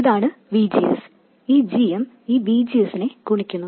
ഇതാണ് VGS ഈ gm ഈ VGS നെ ഗുണിക്കുന്നു